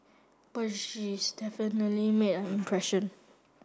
but she's definitely made an impression